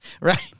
Right